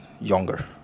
younger